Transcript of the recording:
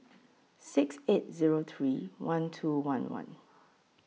six eight Zero three one two one one